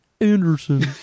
Anderson